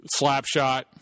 Slapshot